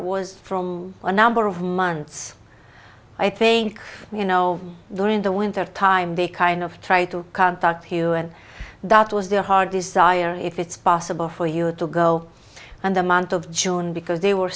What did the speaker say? sire was from a number of months i think you know during the winter time they kind of tried to contact you and that was their hard desire if it's possible for you to go and the month of june because they were